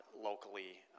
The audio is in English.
locally